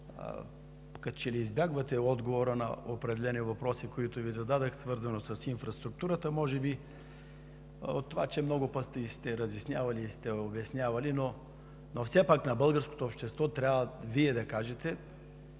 като че ли избягвате отговора на определени въпроси, които Ви зададох, свързани с инфраструктурата. Може би, защото много пъти сте разяснявали и обяснявали, но все пак на българското общество Вие трябва да кажете